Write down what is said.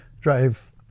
drive